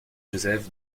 joseph